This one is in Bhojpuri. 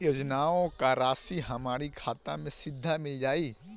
योजनाओं का राशि हमारी खाता मे सीधा मिल जाई?